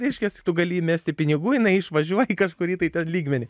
reiškiasi tu gali įmesti pinigų jinai išvažiuoja į kažkurį tai ten lygmenį